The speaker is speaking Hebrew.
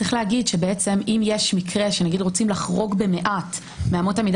צריך להגיד שבעצם אם יש מקרה שרוצים לחרוג במעט מאמות המידה